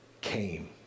came